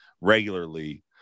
regularly